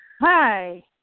Hi